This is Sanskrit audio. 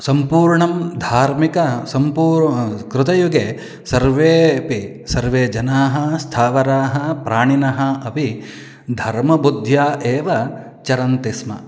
सम्पूर्णं धार्मिकं सम्पूर्णं कृतयुगे सर्वेऽपि सर्वे जनाः स्थावराः प्राणिनः अपि धर्मबुद्ध्या एव चरन्ति स्म